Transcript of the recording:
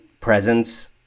presence